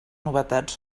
novetats